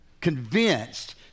convinced